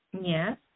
Yes